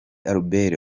albert